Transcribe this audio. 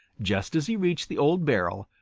just as he reached the old barrel,